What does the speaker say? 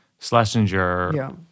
Schlesinger